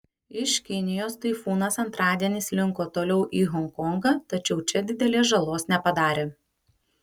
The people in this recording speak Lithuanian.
iš kinijos taifūnas antradienį slinko toliau į honkongą tačiau čia didelės žalos nepadarė